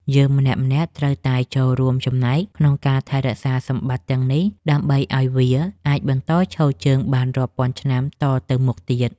យើងម្នាក់ៗត្រូវតែចូលរួមចំណែកក្នុងការថែរក្សាសម្បត្តិទាំងនេះដើម្បីឱ្យវាអាចបន្តឈរជើងបានរាប់ពាន់ឆ្នាំតទៅមុខទៀត។